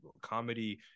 comedy